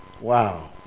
Wow